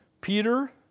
Peter